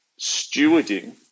stewarding